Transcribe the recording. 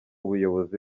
buyobozi